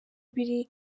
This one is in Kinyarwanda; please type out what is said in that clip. biri